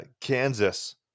Kansas